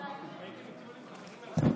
צפיתי קודם בנאומים בני דקה שהיו כאן